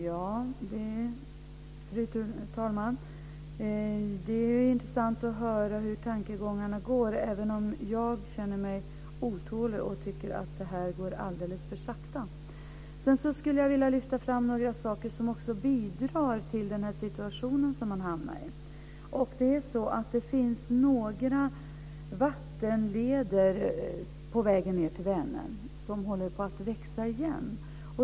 Fru talman! Det är ju intressant att höra hur tankegångarna går även om jag känner mig otålig och tycker att det här går alldeles för sakta. Sedan skulle jag vilja lyfta fram några saker som också bidrar till den här situationen, som man har hamnat i. Det finns några vattenleder på vägen ned till Vänern som håller på att växa igen.